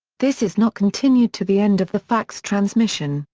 this is not continued to the end of the fax transmission,